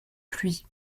pluies